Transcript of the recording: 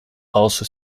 also